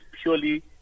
purely